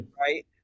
right